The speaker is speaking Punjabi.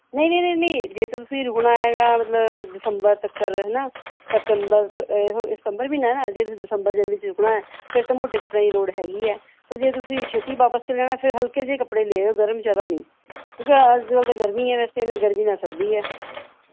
ਨਹੀਂ ਨਹੀਂ ਨਹੀਂ ਨਹੀਂ ਜੇ ਤਾਂ ਤੁਸੀਂ ਰੁਕਣਾ ਹੈਗਾ ਮਤਲਬ ਦਸੰਬਰ ਤੀਕਰ ਹੈ ਨਾ ਸਤੰਬਰ ਸਤੰਬਰ ਮਹੀਨਾ ਹੈ ਨਾ ਜੇ ਤੁਸੀਂ ਦਸੰਬਰ ਜਨਵਰੀ ਵਿੱਚ ਰੁਕਣਾ ਫੇਰ ਤਾਂ ਮੋਟੇ ਕੱਪੜਿਆਂ ਦੀ ਲੋੜ ਹੈਗੀ ਹੈ ਪਰ ਜੇ ਤੁਸੀਂ ਛੇਤੀ ਵਾਪਸ ਚਲੇ ਜਾਣਾ ਫੇਰ ਹਲਕੇ ਜਿਹੇ ਕੱਪੜੇ ਲੈ ਆਓ ਗਰਮ ਜ਼ਿਆਦਾ ਨਹੀਂ ਕਿਉਂਕਿ ਅੱਜਕਲ ਤਾਂ ਗਰਮੀ ਹੈ ਵੈਸੇ ਨਾ ਗਰਮੀ ਨਾ ਸਰਦੀ ਹੈ